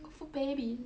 beautiful baby